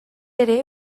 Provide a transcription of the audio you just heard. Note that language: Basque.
ere